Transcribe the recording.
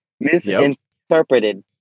misinterpreted